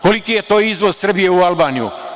Koliki je to izvoz Srbije u Albaniju?